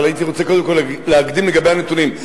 אבל הייתי רוצה קודם כול להקדים לגבי הנתונים.